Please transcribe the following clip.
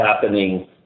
happening